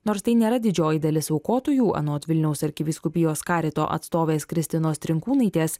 nors tai nėra didžioji dalis aukotojų anot vilniaus arkivyskupijos carito atstovės kristinos trinkūnaitės